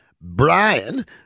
Brian